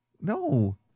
No